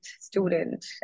student